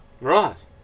Right